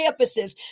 campuses